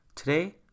Today